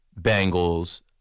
Bengals